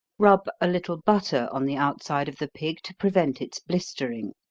rub a little butter on the outside of the pig, to prevent its blistering.